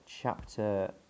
chapter